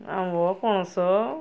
ଆମ୍ବ ପଣସ